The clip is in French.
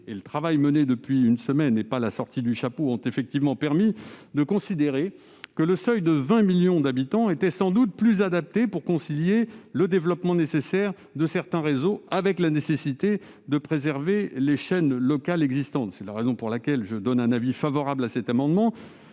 et le travail menés depuis une semaine- rien ne sort du chapeau, monsieur Assouline -ont permis de considérer que le seuil de 20 millions d'habitants était sans doute plus adapté pour concilier le développement nécessaire de certains réseaux et la nécessité de préserver les chaînes locales existantes. C'est la raison pour laquelle je donne un avis favorable sur l'amendement